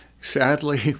Sadly